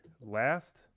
last